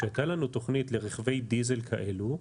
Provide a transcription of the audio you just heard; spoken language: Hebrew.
כשהייתה לנו תוכנית לרכבי דיזל כאלו,